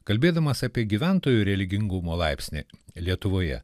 kalbėdamas apie gyventojų religingumo laipsnį lietuvoje